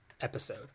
episode